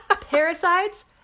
parasites